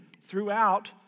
throughout